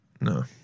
No